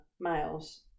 males